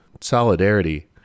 solidarity